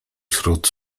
wśród